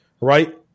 right